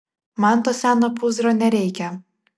man to seno pūzro nereikia